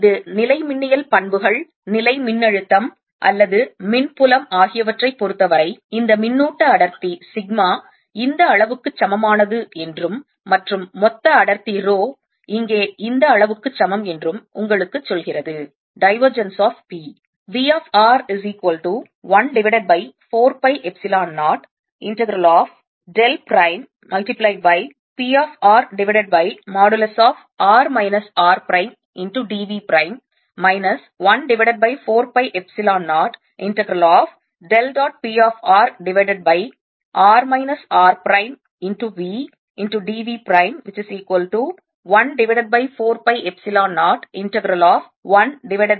இது நிலைமின்னியல் பண்புகள் நிலைமின்னழுத்தம் அல்லது மின்புலம் ஆகியவற்றைப் பொறுத்தவரை இந்த மின்னூட்ட அடர்த்தி சிக்மா இந்த அளவுக்குச் சமமானது என்றும் மற்றும் மொத்த அடர்த்தி ரோ இங்கே இந்த அளவுக்குச் சமம் என்று உங்களுக்கு சொல்கிறது divergence of p